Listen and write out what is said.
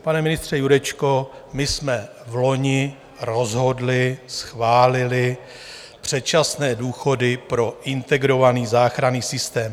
Pane ministře Jurečko, my jsme vloni rozhodli, schválili předčasné důchody pro integrovaný záchranný systém.